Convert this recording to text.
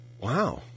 Wow